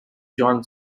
john